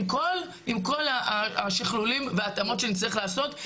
עם כל השכלולים וההתאמות שנצטרך לעשות,